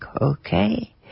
Okay